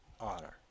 honor